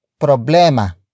Problema